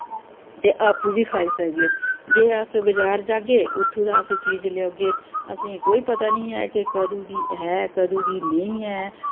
ते आपूं बी खाई सकगे जे अस बजार जागे उत्थूं दा अस चीज लेओगे असें गी कोई पता निं ऐ कि कदूं दी ऐ कदूं दी नेईं ऐ